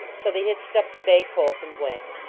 so they hitched up the bay colt and went.